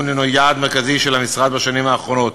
הם יעד מרכזי של המשרד בשנים האחרונות.